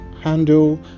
handle